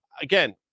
Again